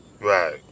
Right